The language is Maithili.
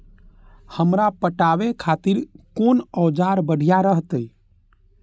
हमरा पटावे खातिर कोन औजार बढ़िया रहते?